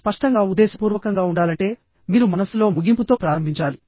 స్పష్టంగా ఉద్దేశపూర్వకంగా ఉండాలంటే మీరు మనస్సులో ముగింపుతో ప్రారంభించాలి